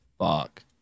fuck